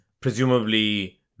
presumably